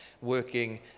working